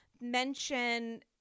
mention